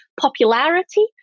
popularity